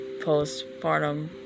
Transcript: postpartum